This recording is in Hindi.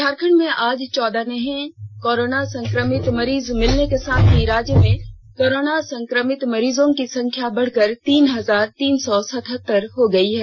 झारखंड में आज चौदह नये कोरोना संक्रमित मरीज मिलने के साथ ही राज्य में कोरोना संक्रमित मरीजों की संख्या बढ़कर तीन हजार तीन सौ सतहत्तर हो गयी है